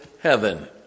heaven